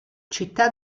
città